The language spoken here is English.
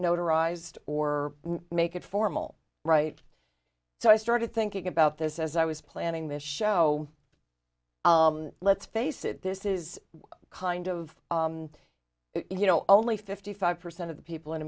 arized or make it formal right so i started thinking about this as i was planning this show let's face it this is kind of you know only fifty five percent of the people in